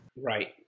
Right